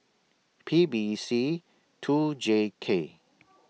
P B C two J K